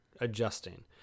adjusting